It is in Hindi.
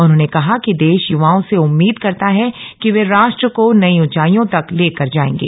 उन्होंने कहा कि देश युवाओं से उम्मीद करता है कि वे राष्ट्र को नई ऊंचाइयों तक लेकर जाएंगे